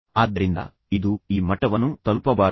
ಆದ್ದರಿಂದ ಇದು ಈ ಮಟ್ಟವನ್ನು ತಲುಪಬಾರದು